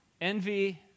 envy